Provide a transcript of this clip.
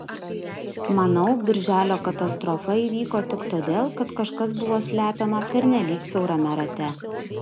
manau birželio katastrofa įvyko tik todėl kad kažkas buvo slepiama pernelyg siaurame rate